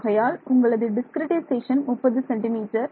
ஆகையால் உங்களது discretization 30 centimetre